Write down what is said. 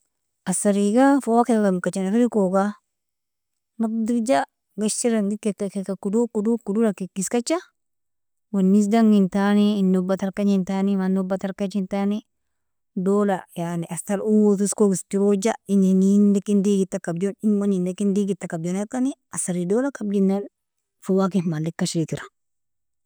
Asirega fawakehka kabkjna firgkoga nadifja gashira inger kika, kika kodod, kodod, kodod kikiskeja wnisdangtani inog batarkjnintani manog batarkjnintani dola yani asar owo tosko iskroja inin inlakin degid kabjon inog inlakin degid kabjoni asari dola kabjinan fawakehka maleka ashrikera.